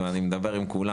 אני מדבר עם כולם.